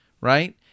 right